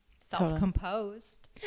self-composed